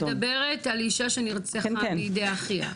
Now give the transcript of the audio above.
לא, אני מדברת על אישה שנרצחה בידי אחיה.